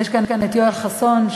ישנו כאן יואל חסון,